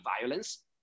violence